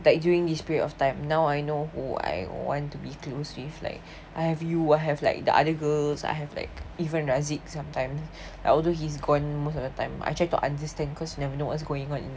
like during this period of time now I know who I want to be close with like I have you I have like the other girls I have like even raziq sometime although he's gone most of the time I try to understand cause you never know what's going in a